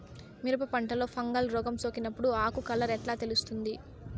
మిరప పంటలో ఫంగల్ రోగం సోకినప్పుడు ఆకు కలర్ ఎట్లా ఉంటుంది?